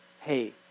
Hey